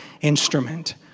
instrument